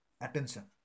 Attention